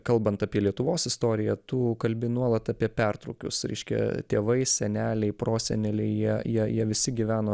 kalbant apie lietuvos istoriją tu kalbi nuolat apie pertrūkius reiškia tėvai seneliai proseneliai jie jie jie visi gyveno